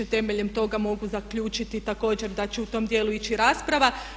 Temeljem toga mogu zaključiti također da će u tom djelu ići rasprava.